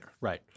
Right